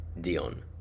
Dion